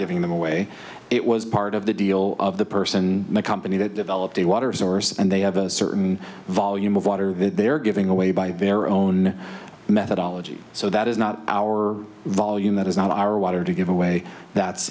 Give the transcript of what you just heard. giving them away it was part of the deal of the person the company that developed a water source and they have a certain volume of water that they are giving away by their own methodology so that is not our volume that is not our water to give away that